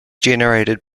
generated